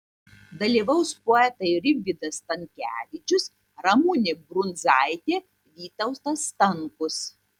dalyvaus poetai rimvydas stankevičius ramunė brundzaitė vytautas stankus